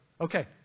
okay